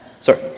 Sorry